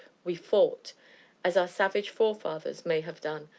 we fought as our savage forefathers may have done,